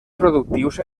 productius